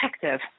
protective